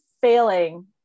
failing